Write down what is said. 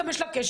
גם יש לה קשר,